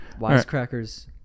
Wisecrackers